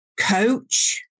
coach